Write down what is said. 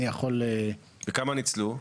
וכמה ניצלו?